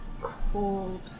cold